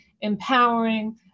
empowering